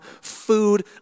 Food